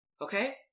Okay